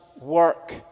work